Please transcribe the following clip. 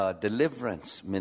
deliverance